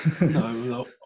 No